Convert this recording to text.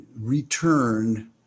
return